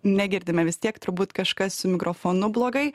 negirdime vis tiek turbūt kažkas su mikrofonu blogai